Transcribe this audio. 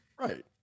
Right